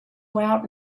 out